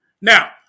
Now